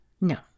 No